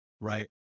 right